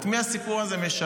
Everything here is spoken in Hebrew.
את מי הסיפור הזה משרת?